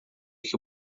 que